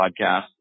podcast